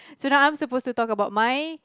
so now I'm suppose to talk about my